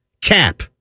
cap